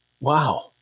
Wow